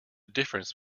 difference